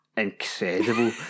incredible